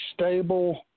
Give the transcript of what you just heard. stable